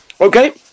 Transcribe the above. okay